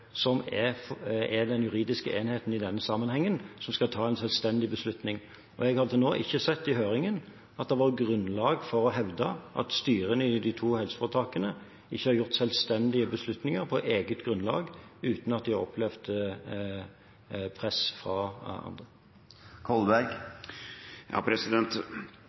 som er den juridiske enheten i denne sammenhengen, og som skal ta en selvstendig beslutning. Og jeg har til nå ikke sett i høringen at det har vært grunnlag for å hevde at styrene i de to helseforetakene ikke har gjort selvstendige beslutninger på eget grunnlag – og uten at de har opplevd press fra andre.